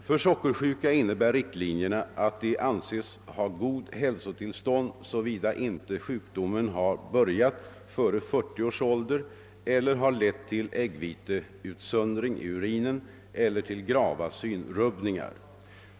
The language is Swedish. För sockersjuka innebär riktlinjerna att de anses ha gott hälsotillstånd såvida inte sjukdomen har börjat före 40 års ålder eller har lett till äggviteutsöndring i urinen eller till grava synrubbningar.